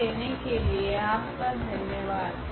ध्यान देने के लिए आपका धन्यवाद